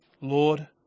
Lord